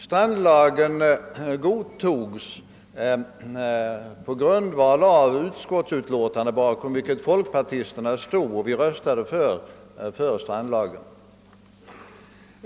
Strandlagen antogs på grundval av ett utskottsutlåtande bakom vilket folkpartisterna stod, och vi folkpartister röstade för strandlagen.